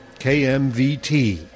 KMVT